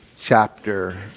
chapter